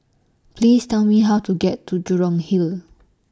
Please Tell Me How to get to Jurong Hill